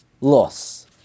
loss